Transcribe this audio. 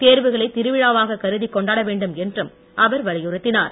தேர்வுகளை திருவிழாவாக கருதிக் கொண்டாட வேண்டும் என்றும் அவர் வலியுறுத்தினார்